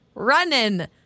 Running